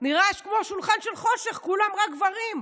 נראה כמו שולחן של חושך, כולם רק גברים.